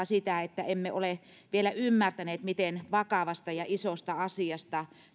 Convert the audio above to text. sitä että emme ole vielä ymmärtäneet miten vakavasta ja isosta asiasta